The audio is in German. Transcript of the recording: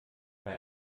bei